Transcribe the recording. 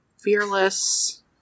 Fearless